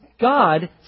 God